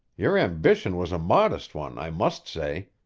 your ambition was a modest one, i must say.